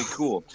cool